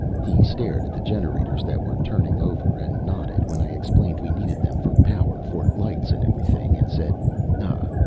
he stared at the generators that were turning over and nodded when i explained we needed them for power for lights and everything and said ah,